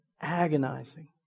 agonizing